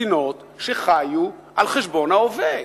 מדינות שחיו על חשבון ההווה.